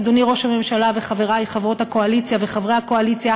אדוני ראש הממשלה וחברי חברות הקואליציה וחברי הקואליציה,